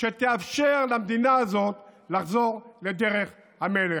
שתאפשר למדינה הזאת לחזור לדרך המלך.